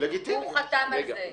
והוא חתם על זה,